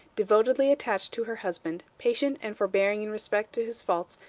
devotedly attached to her husband, patient and forbearing in respect to his faults,